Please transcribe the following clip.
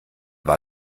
war